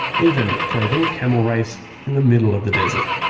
even for a little camel race, in the middle of the desert.